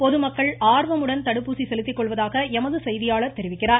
பொதுமக்கள் ஆர்வமுடன் தடுப்பூசி செலுத்திக்கொள்வதாக எமது செய்தியாளர் தெரிவிக்கிறார்